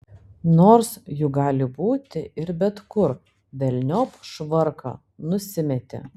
nors juk gali būti ir bet kur velniop švarką nusimetė